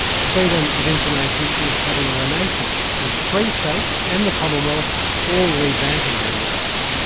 freedom of information is having a renaissance, with three states and the commonwealth all revamping their rules.